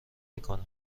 میکنه